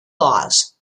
laws